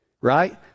right